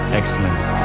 excellence